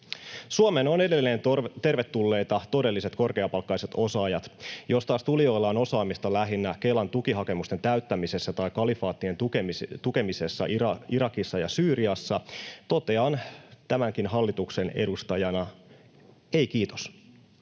Suomeen ovat edelleen tervetulleita todelliset korkeapalkkaiset osaajat. Jos taas tulijoilla on osaamista lähinnä Kelan tukihakemusten täyttämisessä tai kalifaattien tukemisessa Irakissa ja Syyriassa, totean tämän hallituksenkin edustajana ”ei kiitos”.